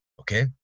okay